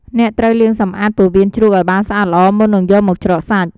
អ្នកត្រូវលាងសម្អាត ពោះវៀនជ្រូក ឱ្យបានស្អាតល្អមុននឹងយកមកច្រកសាច់។